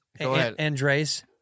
Andre's